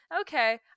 Okay